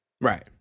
Right